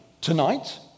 tonight